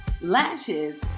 Lashes